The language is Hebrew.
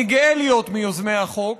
אני גאה להיות מיוזמי החוק,